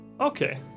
Okay